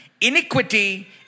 Iniquity